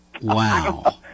Wow